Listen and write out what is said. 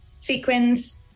sequins